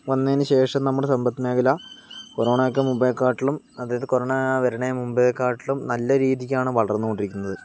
വന്നതിനുശേഷം നമ്മുടെ സമ്പത്ത് മേഖല കൊറോണക്ക് മുമ്പേകാട്ടിലും അതായത് കൊറോണ വരുണെ മുമ്പേകാട്ടിലും നല്ല രീതിക്കാണ് വളർന്നുകൊണ്ടിരിക്കുന്നത്